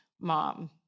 mom